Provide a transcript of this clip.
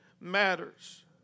matters